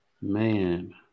Man